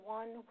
one